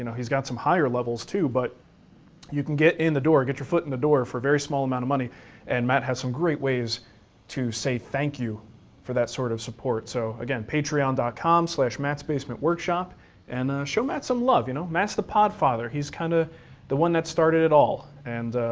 you know he's got some higher levels too, but you can get in the door, get your foot in the door for a very small amount of money and matt has some great ways to say thank you for that sort of support. so again, patreon dot com slash mattsbasementworkshop and ah show matt some love, ya know? matt's the podfather. he's kinda the one that started it all and